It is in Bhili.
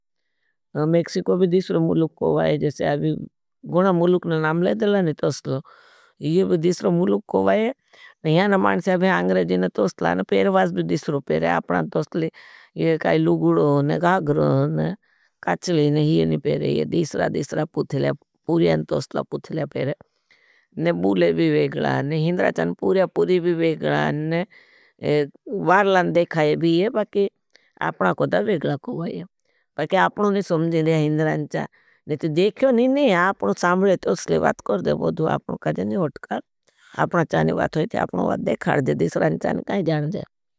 मेक्सिको भी दीसरो मुलुक को वाई। जैसे अभी गुणा मुलुकना नाम ले देला ने तोसलो। ये भी दीसरो मुलुक को वाई। यहना माणशा भी आंग्रेजी न तोसला न पेरवास भी दीसरो पेरे। ये काई लुगुडो न गाग्रो न काचली न ही येनी पेरे। ये दीसरा दीसरा पूठला पूर्या न तोसला पूठला पेरे। न बूले भी वेगला न हिंदरा चान पूर्या पूरी भी वेगला न वारला न देखाये भी ये। अपना को ताँब वेगला कूबाये। पर क्या अपनों नहीं समझे रहे हैं हिंदरा चान। नहीं तो देख्यो नहीं नहीं, आपनों सांबले तो असले बात कर जे बदू, आपनों काजे नहीं होटकाल, अपना चाननी बात होई थे, अपनों वाद देखार जे, दिसरा नहीं चान, काई जान जे।